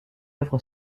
œuvre